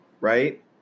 Right